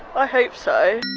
i hope so.